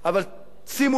שימו לב לעניין הזה,